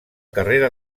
carrera